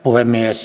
puhemies